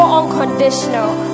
unconditional